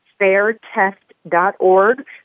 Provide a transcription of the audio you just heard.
fairtest.org